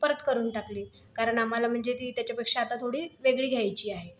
परत करून टाकली कारण आम्हाला म्हणजे ती त्याच्यापेक्षा आता थोडी वेगळी घ्यायची आहे